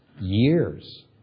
years